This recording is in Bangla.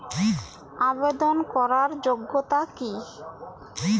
আবেদন করার যোগ্যতা কি?